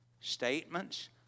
statements